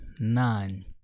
nine